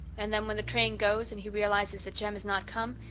and then, when the train goes and he realizes that jem has not come,